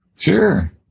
Sure